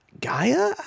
gaia